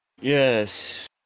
Yes